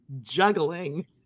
juggling